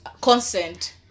consent